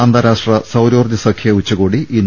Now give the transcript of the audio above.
അന്താരാഷ്ട്ര സൌരോർജ്ജസഖ്യ ഉച്ചകോടി ഇന്ന്